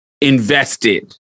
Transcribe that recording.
invested